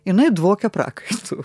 jinai dvokia prakaitu